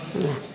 ନା